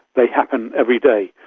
they happen every day.